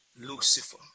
lucifer